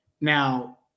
Now